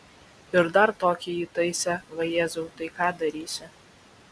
ir dar tokį įtaisė vajezau tai ką darysi